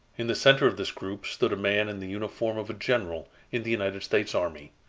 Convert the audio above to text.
in the center of this group stood a man in the uniform of a general in the united states army.